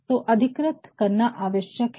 तो अधिकृत करना आवश्यक है